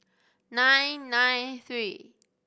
nine nine three